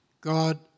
God